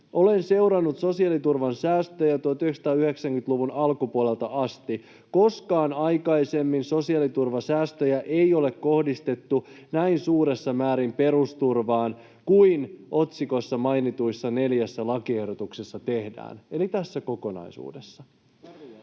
”Olen seurannut sosiaaliturvan säästöjä 1990-luvun alkupuolelta asti. Koskaan aikaisemmin sosiaaliturvasäästöjä ei ole kohdistettu näin suuressa määrin perusturvaan kuin otsikossa mainituissa neljässä lakiehdotuksessa tehdään.” Eli tässä kokonaisuudessa.